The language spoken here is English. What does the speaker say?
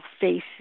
face